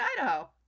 Idaho